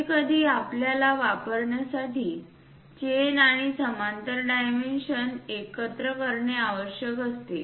कधीकधी आपल्याला वापरण्यासाठी चेन आणि समांतर डायमेन्शन एकत्र करणे आवश्यक असते